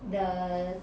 the